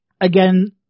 Again